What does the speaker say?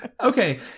Okay